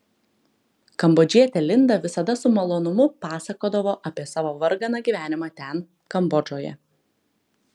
kambodžietė linda visada su malonumu pasakodavo apie savo varganą gyvenimą ten kambodžoje